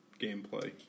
gameplay